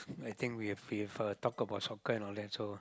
I think we have we have uh talked about soccer and all that so